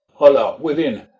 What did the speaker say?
holla, within!